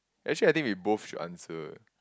actually I think we both should answer